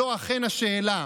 זו אכן השאלה,